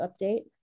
update